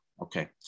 Okay